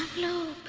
no